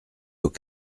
aux